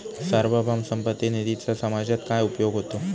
सार्वभौम संपत्ती निधीचा समाजात काय उपयोग होतो?